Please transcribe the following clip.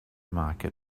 market